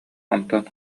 онтон